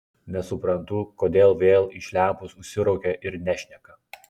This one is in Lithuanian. nesuprantu kodėl vėl iš lempos užsiraukė ir nešneka